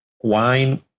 wine